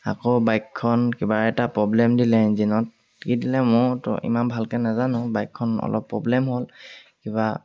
আকৌ বাইকখন কিবা এটা প্ৰব্লেম দিলে ইঞ্জিনত কি দিলে ময়োতো ইমান ভালকৈ নাজানো বাইকখন অলপ প্ৰব্লেম হ'ল কিবা